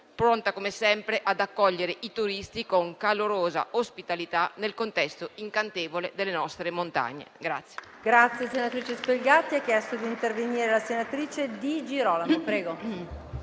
pronta come sempre ad accogliere i turisti con calorosa ospitalità nel contesto incantevole delle nostre montagne.